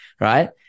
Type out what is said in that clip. Right